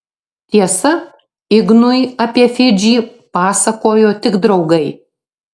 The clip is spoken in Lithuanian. tiesa ignui apie fidžį pasakojo tik draugai